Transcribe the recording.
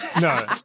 No